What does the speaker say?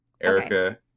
Erica